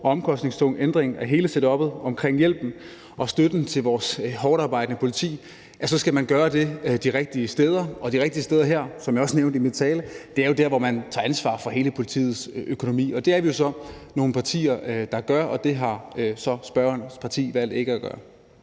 stor omkostningstung ændring af hele setuppet for hjælpen og støtten til vores hårdtarbejdende politi, skal man gøre det de rigtige steder. Og de rigtige steder, er jo, som jeg også nævnte i min tale, dér, hvor man tager ansvar for hele politiets økonomi. Det er vi jo så nogle partier der gør, og det har spørgerens parti så valgt ikke at gøre.